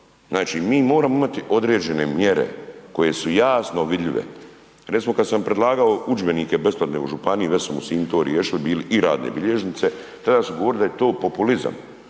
Znači mi moramo imati određene mjere koje su jasno vidljive. Recimo kada sam predlagao udžbenike besplatne u županiji, već smo u Sinju to riješili bili i radne bilježnice, tada su govorili da je to populizam.